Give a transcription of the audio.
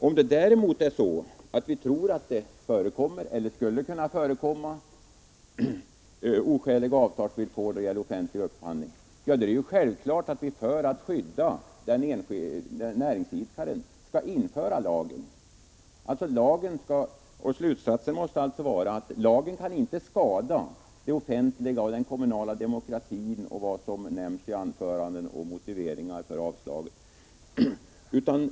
Om det däremot förekommer eller skulle kunna förekomma oskäliga avtalsvillkor då det gäller offentlig upphandling, är det självklart att vi för att skydda näringsidkaren skall vidga lagens tillämpning. Slutsatsen måste bli att lagen inte kan skada det offentliga, den kommunala demokratin och vad som i övrigt nämns i de motiveringar för avslag som anförts.